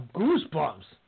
goosebumps